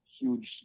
huge